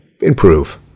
improve